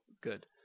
good